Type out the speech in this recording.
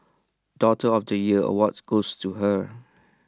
daughter of the year awards goes to her